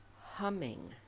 humming